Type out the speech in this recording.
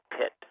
Pit